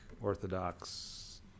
Orthodox